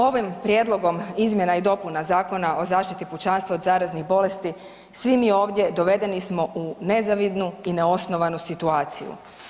Ovim prijedlogom izmjenom i dopunom Zakona o zaštiti pučanstva od zaraznih bolesti svi mi ovdje dovedeni smo u nezavidnu i neosnovanu situaciju.